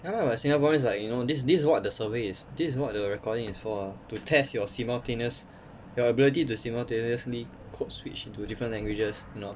ya lah but singaporean is like you know this this is what the surveys this is what the recording is for ah to test your simultaneous your ability to simultaneously code switch into different languages you know